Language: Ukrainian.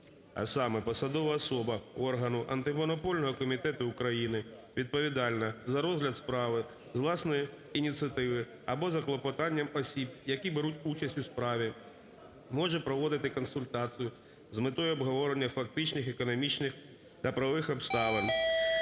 А саме: посадова особа органу Антимонопольного комітету України відповідальна за розгляд справи з власної ініціативи або за клопотанням осіб, які беруть участь у справі, може проводити консультацію з метою обговорення фактичних, економічних та правових обставин